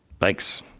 Thanks